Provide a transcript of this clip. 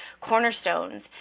cornerstones